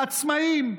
עצמאים,